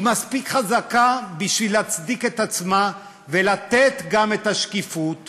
היא מספיק חזקה בשביל להצדיק את עצמה וגם לראות את השקיפות